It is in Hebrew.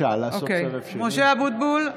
(קוראת בשמות חברי הכנסת) משה אבוטבול,